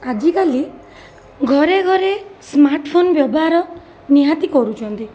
ଆଜିକାଲି ଘରେ ଘରେ ସ୍ମାର୍ଟ ଫୋନ ବ୍ୟବହାର ନିହାତି କରୁଛନ୍ତି